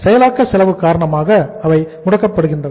செயலாக்க செலவு காரணமாக அவை முடக்கப்படுகின்றன